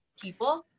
people